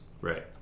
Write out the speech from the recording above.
Right